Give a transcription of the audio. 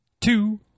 two